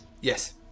Yes